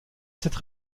cette